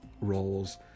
roles